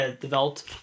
developed